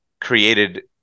created